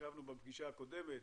ישבנו בפגישה הקודמת